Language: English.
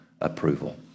approval